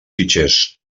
fitxers